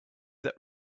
that